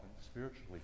spiritually